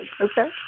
Okay